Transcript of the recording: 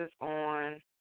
on